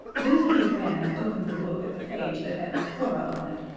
then the king ran and opened the book at the page that had cora on it,